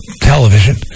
television